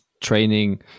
training